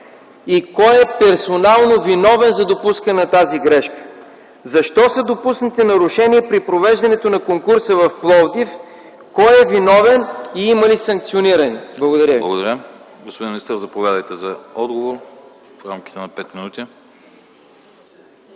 и кой е персонално виновен за допускане на тази грешка? Защо са допуснати нарушения при провеждането на конкурса в Пловдив? Кой е виновен и има ли санкционирани? Благодаря ви. ПРЕДСЕДАТЕЛ АНАСТАС АНАСТАСОВ: Благодаря. Господин министър, заповядайте за отговор в рамките на 5 минути.